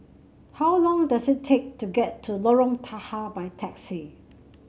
how long does it take to get to Lorong Tahar by taxi